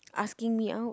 asking me out